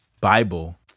Bible